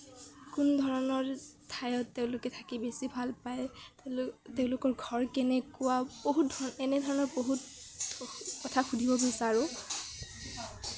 কোনধৰণৰ ঠাইত তেওঁলোকে থাকি বেছি ভাল পায় তেওঁলোক তেওঁলোকৰ ঘৰ কেনেকুৱা বহুতধৰণৰ এনেধৰণৰ বহুত কথা সুধিব বিচাৰোঁ